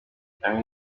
bamwe